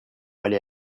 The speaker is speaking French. aller